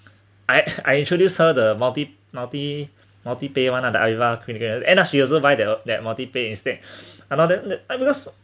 I I introduce her the multi multi multi pay one lah the Aviva critical end up she also buy that that multiple pay instead ano~ and and because